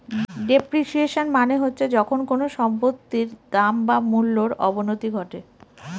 depreciation মানে হচ্ছে যখন কোনো সম্পত্তির দাম বা মূল্যর অবনতি ঘটে